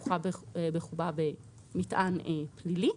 שכרוך בחובה מטען פלילי,